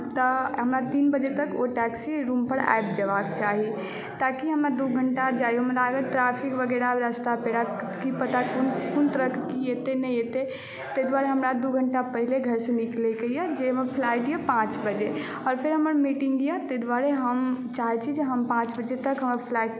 तऽ हमरा तीन बजे तक ओ टैक्सी रूमपर आबि जयबाक चाही ताकि हमरा दू घण्टा जाइयोमे लागत ट्रैफिक वगैरह रास्ता पैराके की पता कोन तरहक की हेतै नहि हेतै ताहि द्वारे हमरा दू घण्टा पहिने घरसँ निकलैके यए जे हमर फ्लाइट यए पाँच बजे आओर फेर हमर मिटिंग यए ताहि द्वारे हम चाहैत छी जे हम पाँच बजेतक हमर फ्लाइट